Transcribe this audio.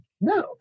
no